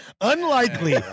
unlikely